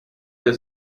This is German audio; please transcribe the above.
der